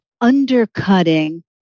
undercutting